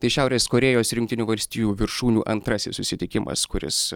tai šiaurės korėjos ir jungtinių valstijų viršūnių antrasis susitikimas kuris